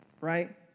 right